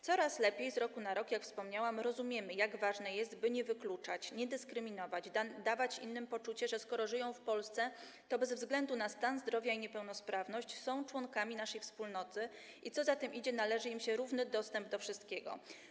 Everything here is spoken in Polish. Coraz lepiej z roku na rok, jak wspomniałam, rozumiemy, jak ważne jest, by nie wykluczać, nie dyskryminować, dawać innym poczucie, że skoro żyją w Polsce, to bez względu na stan zdrowia i niepełnosprawność są członkami naszej wspólnoty i co za tym idzie, należy im się równy dostęp do wszystkiego.